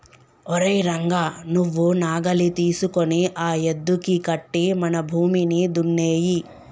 ఓరై రంగ నువ్వు నాగలి తీసుకొని ఆ యద్దుకి కట్టి మన భూమిని దున్నేయి